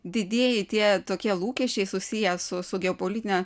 didieji tie tokie lūkesčiai susiję su su geopolitine